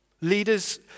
Leaders